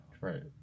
right